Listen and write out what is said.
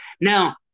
Now